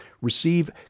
receive